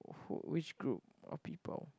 who which group of people